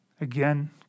Again